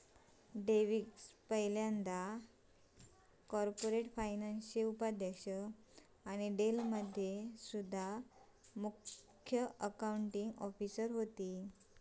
Davis पयल्यांदा corporate फायनान्सचो उपाध्यक्ष आणि डेल मध्ये मुख्य अकाउंटींग ऑफिसर होते